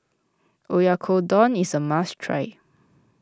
Oyakodon is a must try